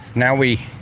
now we